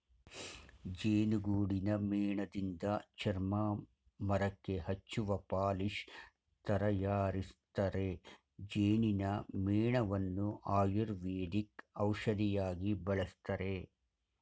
ಜೇನುಗೂಡಿನ ಮೇಣದಿಂದ ಚರ್ಮ, ಮರಕ್ಕೆ ಹಚ್ಚುವ ಪಾಲಿಶ್ ತರಯಾರಿಸ್ತರೆ, ಜೇನಿನ ಮೇಣವನ್ನು ಆಯುರ್ವೇದಿಕ್ ಔಷಧಿಯಾಗಿ ಬಳಸ್ತರೆ